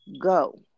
go